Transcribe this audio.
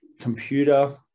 computer